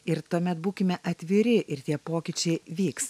ir tuomet būkime atviri ir tie pokyčiai vyks